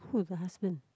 who's the husband